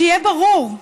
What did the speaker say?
שיהיה ברור,